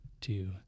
two